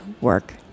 work